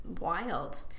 wild